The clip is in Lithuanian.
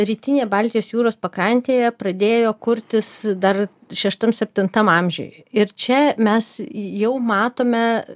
rytinėje baltijos jūros pakrantėje pradėjo kurtis dar šeštam septintam amžiuj ir čia mes jau matome